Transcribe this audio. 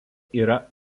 yra